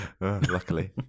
Luckily